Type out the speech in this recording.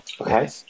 okay